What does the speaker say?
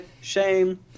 shame